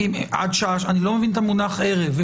אני לא מבין את המונח ערב.